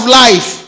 life